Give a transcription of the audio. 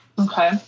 Okay